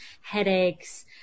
headaches